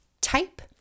type